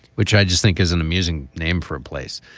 which i just think is an amusing name for a place.